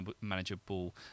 manageable